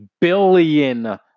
billion